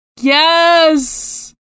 Yes